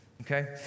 Okay